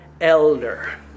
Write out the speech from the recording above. elder